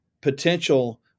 potential